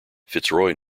fitzroy